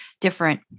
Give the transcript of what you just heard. different